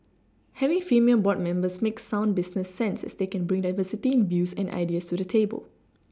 having female board members makes sound business sense as they can bring diversity in views and ideas to the table